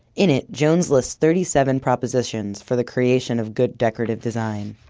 in it, jones lists thirty seven propositions for the creation of good decorative design.